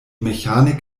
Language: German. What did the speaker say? mechanik